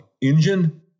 engine